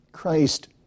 Christ